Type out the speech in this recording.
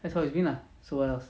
that's how it's been lah so what else